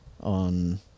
on